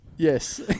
Yes